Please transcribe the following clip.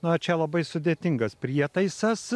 na čia labai sudėtingas prietaisas